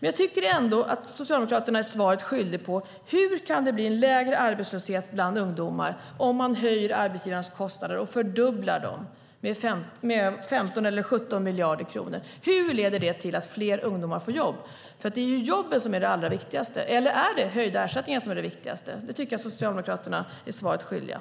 Jag tycker ändå att Socialdemokraterna är svaret skyldigt när det gäller hur det kan bli lägre arbetslöshet bland ungdomar om man höjer arbetsgivarens kostnader och fördubblar dem med 15 eller 17 miljarder kronor. Hur leder det till att fler ungdomar får jobb? Det är ju jobben som är det allra viktigaste. Eller är det höjda ersättningar som är det viktigaste? Där tycker jag att Socialdemokraterna är svaret skyldigt.